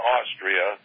Austria